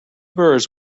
birds